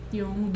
yung